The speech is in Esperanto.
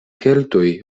keltoj